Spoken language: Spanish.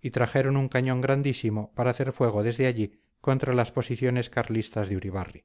y trajeron un cañón grandísimo para hacer fuego desde allí contra las posiciones carlistas de uribarri